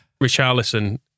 Richarlison